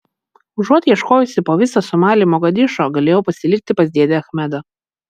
užuot ieškojusi po visą somalį mogadišo galėjau pasilikti pas dėdę achmedą